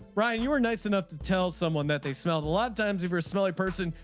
brian you were nice enough to tell someone that they smelled a lot of times you were a smelly person.